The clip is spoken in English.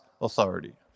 authority